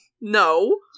No